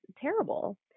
terrible